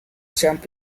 jump